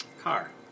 Car